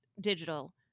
digital